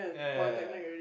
yeah yeah yeah yeah yeah yeah